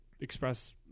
express